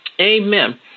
Amen